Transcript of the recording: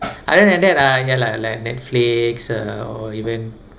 other than that uh ya lah like Netflix uh or even